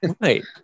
right